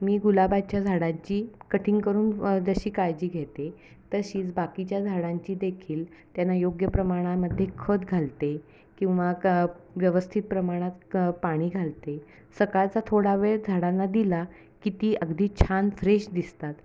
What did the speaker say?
मी गुलाबाच्या झाडाची कटिंग करून जशी काळजी घेते तशीच बाकीच्या झाडांची देखील त्यांना योग्य प्रमाणामध्ये खत घालते किंवा क व्यवस्थित प्रमाणात क पाणी घालते सकाळचा थोडा वेळ झाडांना दिला की ती अगदी छान फ्रेश दिसतात